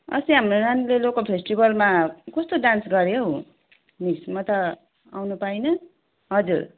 अस्ति हाम्रो नानीले लोकल फेस्टिबलमा कस्तो डान्स गऱ्यो हौ मिस म त आउनु पाइनँ हजुर